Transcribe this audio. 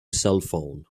cellphone